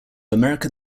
america